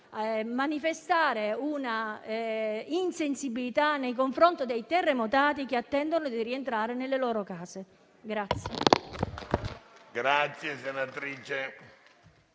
manifestare insensibilità nei confronti dei terremotati che attendono di rientrare nelle loro case.